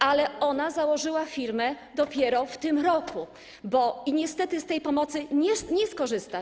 Ale ona założyła firmę dopiero w tym roku i niestety z tej pomocy nie skorzysta.